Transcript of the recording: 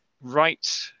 right